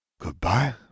Goodbye